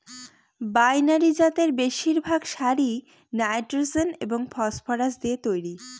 binary জাতের বেশিরভাগ সারই নাইট্রোজেন এবং ফসফরাস দিয়ে তৈরি